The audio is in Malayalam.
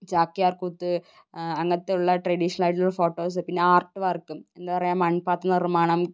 ചാക്യാർകൂത്ത് അങ്ങനത്തെ ഉള്ള ട്രഡീഷണൽ ആയിട്ടുള്ള ഫോട്ടോസ് പിന്നെ ആർട്ട് വർക്കും എന്താ പറയുക മൺപാത്ര നിർമ്മാണം